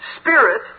Spirit